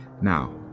Now